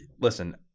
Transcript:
listen